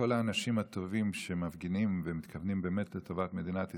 כל האנשים הטובים שמפגינים ומתכוונים באמת לטובת מדינת ישראל,